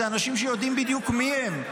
אלה אנשים שיודעים בדיוק מי הם,